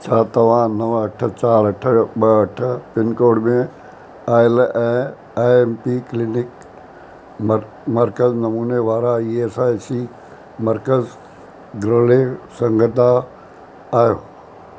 छा तव्हां नव अठ चारि अठ ॿ अठ पिनकोड में आयल ऐं आइ एम पी क्लिनिक मर्क मर्कज़ नमूने वारा इ एस आई सी मर्कज़ ॻोल्हे सघंदा आहियो